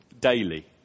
daily